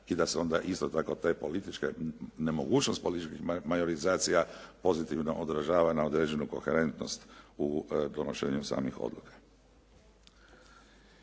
i da se onda isto tako te političke, nemogućnost politički majorizacija pozitivno odražava na određenu koherentnost u donošenju samih odluka.